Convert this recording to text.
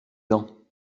dents